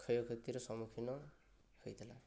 କ୍ଷୟ କ୍ଷତିର ସମ୍ମୁଖୀନ ହୋଇଥିଲା